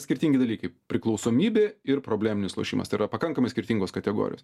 skirtingi dalykai priklausomybė ir probleminis lošimas tai yra pakankamai skirtingos kategorijos